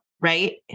Right